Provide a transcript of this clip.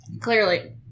Clearly